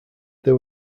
there